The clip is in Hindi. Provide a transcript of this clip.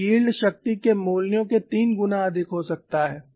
यह यील्ड शक्ति के मूल्यों के तीन गुना अधिक हो सकता है